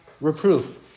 reproof